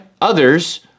Others